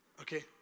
Okay